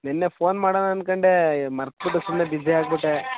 ನಿನ್ನೆ ಫೋನ್ ಮಾಡೋಣ ಅನ್ಕೊಂಡೆ ಮರ್ತುಬಿಟ್ಟು ಸುಮ್ಮನೆ ಬಿಜಿ ಆಗಿಬಿಟ್ಟೆ